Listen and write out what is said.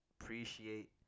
Appreciate